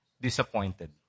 disappointed